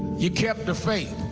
you kept the faith.